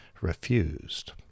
refused